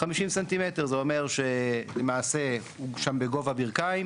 50 סנטימטר זה אומר שלמעשה הוא שם בגובה ברכיים,